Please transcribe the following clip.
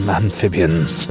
amphibians